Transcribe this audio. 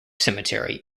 cemetery